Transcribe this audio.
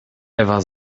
ewa